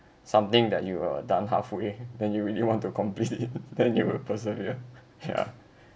something that you uh done halfway then you really want to complete it then you will persevere ya